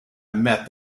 met